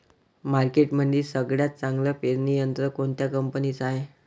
मार्केटमंदी सगळ्यात चांगलं पेरणी यंत्र कोनत्या कंपनीचं हाये?